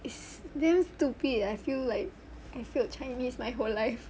it's damn stupid I feel like I failed chinese my whole life